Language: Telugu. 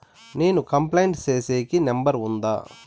నేను కంప్లైంట్ సేసేకి నెంబర్ ఉందా?